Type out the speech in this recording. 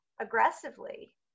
aggressively